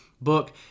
book